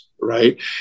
right